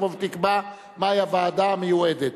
שמונה מתנגדים, אחד נמנע.